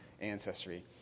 ancestry